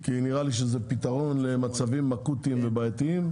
כי נראה לי שזה פתרון למצבים אקוטיים ובעייתיים,